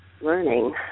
learning